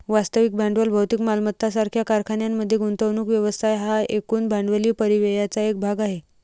वास्तविक भांडवल भौतिक मालमत्ता सारख्या कारखान्यांमध्ये गुंतवणूक व्यवसाय हा एकूण भांडवली परिव्ययाचा एक भाग आहे